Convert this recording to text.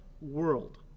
world